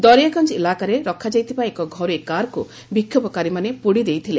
ଦରିଆଗଞ୍ ଇଲାକାରେ ରଖାଯାଇଥିବା ଏକ ଘରୋଇ କାର୍କୁ ବିକ୍ଷୋଭକାରୀମାନେ ପୋଡ଼ି ଦେଇଥିଲେ